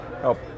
help